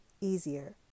easier